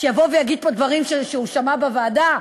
שיבוא ויגיד פה דברים שהוא שמע בוועדה?